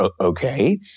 okay